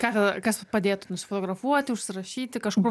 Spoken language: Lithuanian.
ką tada kas vat padėtų nusifotografuot užsirašyti kažkur